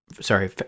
Sorry